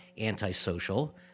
antisocial